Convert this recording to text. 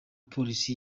polisi